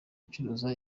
icuruza